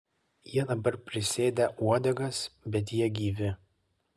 jie dabar prisėdę uodegas bet jie gyvi